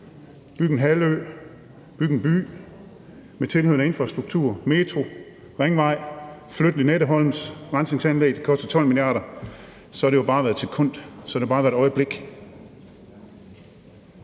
bygge en halvø, bygge en by med tilhørende infrastruktur, metro, ringvej, flytte Lynetteholms rensningsanlæg – det koster 12 mia. kr. – har det jo bare været et sekund, et øjeblik.